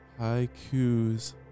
haikus